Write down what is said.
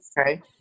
okay